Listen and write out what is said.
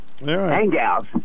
Hangouts